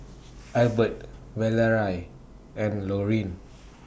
Albert Valerie and Laurine